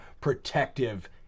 protective